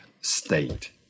state